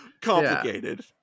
complicated